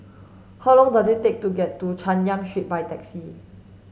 how long does it take to get to Chay Yan Street by taxi